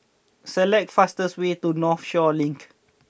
select fastest way to Northshore Link